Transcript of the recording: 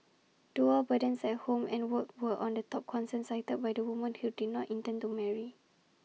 dual burdens at home and work were on the top concern cited by the woman who did not intend to marry